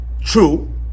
true